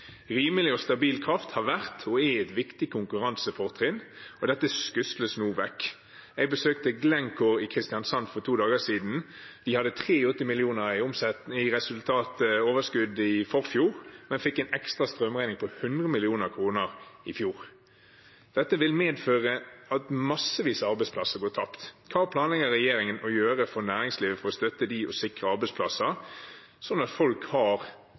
Rimelig og stabil kraft har vært og er et viktig konkurransefortrinn, og dette skusles nå vekk. Jeg besøkte Glencore i Kristiansand for to dager siden. De hadde 83 mill. kr i overskudd i forfjor, men fikk en ekstra strømregning på 100 mill. kr i fjor. Dette vil medføre at massevis av arbeidsplasser går tapt. Hva planlegger regjeringen å gjøre for å støtte næringslivet og sikre arbeidsplasser, slik at folk har